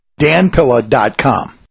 danpilla.com